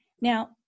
Now